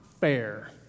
fair